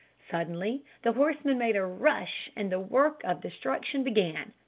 suddenly the horsemen made a rush, and the work of destruction began.